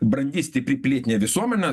brandi stipri pilietinė visuomenė